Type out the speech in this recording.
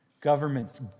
Governments